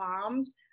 moms